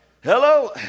Hello